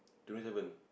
twenty seven